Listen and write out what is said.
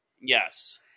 Yes